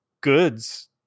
goods